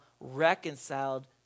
reconciled